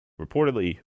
reportedly